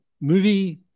movie